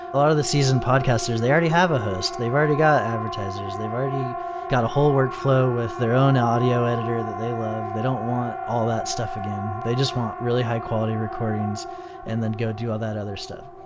a lot of the seasoned podcasters, they already have a host. they've already got advertisers. they're already got a whole workflow with their own audio editor that they love. they don't want all that stuff again. they just want really high quality recordings and then go do all that other stuff.